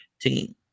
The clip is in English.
team